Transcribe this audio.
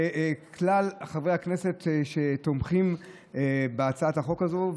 וכלל חברי הכנסת שתומכים בהצעת החוק הזו.